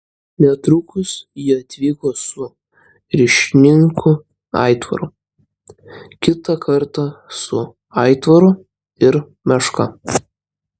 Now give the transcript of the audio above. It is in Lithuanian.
netrukus ji atvyko su ryšininku aitvaru kitą kartą su aitvaru ir meška